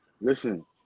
Listen